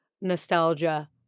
nostalgia